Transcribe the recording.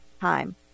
time